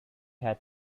had